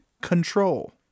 Control